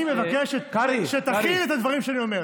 אני מבקש שתכיל את הדברים שאני אומר.